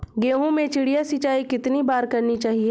गेहूँ में चिड़िया सिंचाई कितनी बार करनी चाहिए?